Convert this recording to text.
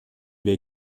wir